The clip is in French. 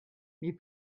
mais